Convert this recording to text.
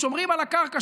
שומרים על הקרקע,